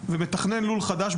ומתכנן לול חדש,